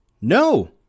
No